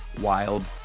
wild